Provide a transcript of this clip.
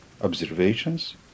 observations